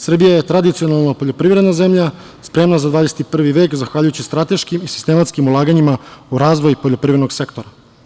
Srbija je tradicionalna poljoprivredna zemlja, spremna za 21. vek zahvaljujući strateškim i sistematskim ulaganjima u razvoj poljoprivrednog sektora.